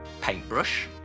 Paintbrush